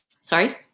Sorry